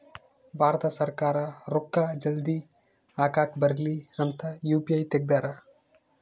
ಭಾರತ ಸರ್ಕಾರ ರೂಕ್ಕ ಜಲ್ದೀ ಹಾಕಕ್ ಬರಲಿ ಅಂತ ಯು.ಪಿ.ಐ ತೆಗ್ದಾರ